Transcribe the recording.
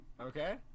Okay